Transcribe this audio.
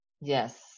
Yes